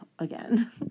again